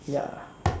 ya